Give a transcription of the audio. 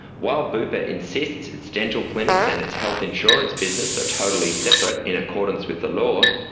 while bupa insists its dental clinics and its health insurance business are totally separate, in accordance with the law,